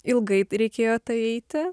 ilgai reikėjo tai eiti